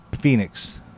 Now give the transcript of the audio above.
Phoenix